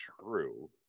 true